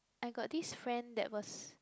I got this friend that was